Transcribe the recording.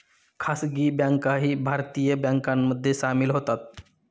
खासगी बँकाही भारतीय बँकांमध्ये सामील होतात